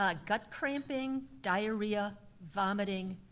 ah gut cramping, diarrhea, vomiting,